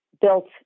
built